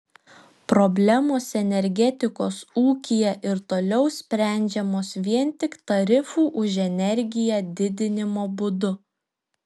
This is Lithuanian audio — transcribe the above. problemos energetikos ūkyje ir toliau sprendžiamos vien tik tarifų už energiją didinimo būdu